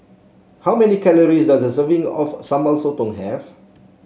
how many calories does a serving of Sambal Sotong have